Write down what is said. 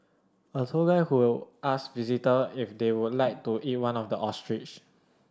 a tour guide who will asked visitor if they would like to eat one of the ostriches